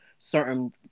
Certain